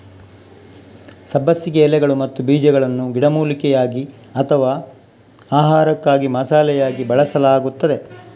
ಸಬ್ಬಸಿಗೆ ಎಲೆಗಳು ಮತ್ತು ಬೀಜಗಳನ್ನು ಗಿಡಮೂಲಿಕೆಯಾಗಿ ಅಥವಾ ಆಹಾರಕ್ಕಾಗಿ ಮಸಾಲೆಯಾಗಿ ಬಳಸಲಾಗುತ್ತದೆ